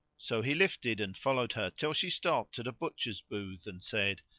so he lifted and followed her till she stopped at a butcher's booth and said,